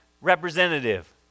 representative